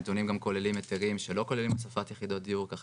הנתונים גם כוללים היתרים שלא כוללים הוספת יחידות דיור ככה